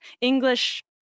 English